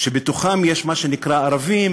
שבתוכם יש מה שנקרא ערבים,